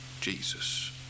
Jesus